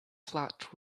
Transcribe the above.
flat